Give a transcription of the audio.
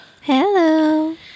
Hello